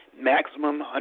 maximum